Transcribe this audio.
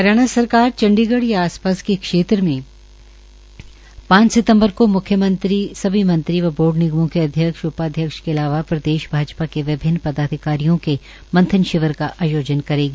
हरियाणा सरकार चंडीगढ़ या आसपास के क्षेत्र में पांच सितम्बर को मुख्यमंत्री सभी मंत्री व बोर्ड निगमों के अध्यक्ष उपाध्यक्ष के अलावा प्रदेश भाजपा के विभन्न पदाधिकारियों के मंथन शिविर का आयोजन करेगी